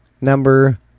number